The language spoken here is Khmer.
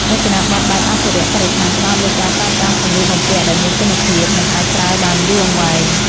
រចនាប័ទ្មបែបអភិរក្សបរិស្ថានផ្តោតលើការប្រើប្រាស់សម្លៀកបំពាក់ដែលមានគុណភាពនិងអាចប្រើបានយូរអង្វែង។